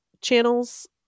channels